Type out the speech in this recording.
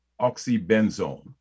oxybenzone